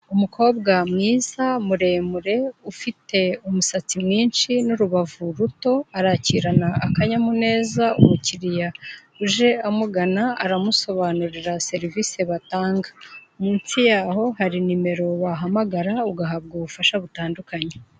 Umukobwa mwiza muremure ufite umusatsi mwinshi n'urubavu ruto, arakirana akanyamuneza umukiriya uje amugana, aramusobanurira serivisi batanga. Munsi yaho hari nimero wahamagara ugahabwa ubufasha butandukanye.